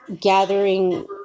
gathering